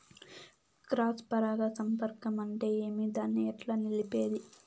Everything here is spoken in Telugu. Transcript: క్రాస్ పరాగ సంపర్కం అంటే ఏమి? దాన్ని ఎట్లా నిలిపేది?